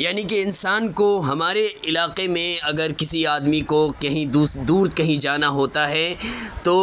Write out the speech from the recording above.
یعنی کہ انسان کو ہمارے علاقے میں اگر کسی آدمی کو کہیں دوس دور کہیں جانا ہوتا ہے تو